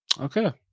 Okay